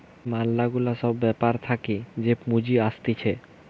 ম্যালা গুলা সব ব্যাপার থাকে যে পুঁজি আসতিছে